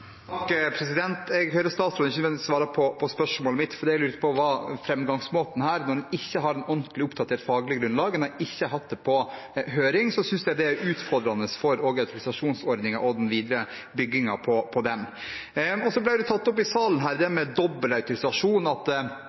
Jeg hører at statsråden ikke nødvendigvis svarer på spørsmålet mitt, for det jeg lurte på, var framgangsmåten her. Når en ikke har et ordentlig oppdatert faglig grunnlag og en ikke har hatt det på høring, synes jeg det er utfordrende for autorisasjonsordningen og det å bygge videre på den. Så ble det med dobbel autorisasjon tatt opp i salen her, at en ikke stiller det samme spørsmålet når det gjelder paramedisinere og ambulansearbeidere. Men forskjellen er at